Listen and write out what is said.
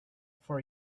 for